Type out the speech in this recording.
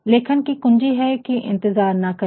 लेखन की कुंजी है कि इंतजार ना करें